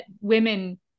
women